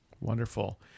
Wonderful